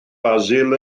basil